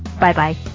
Bye-bye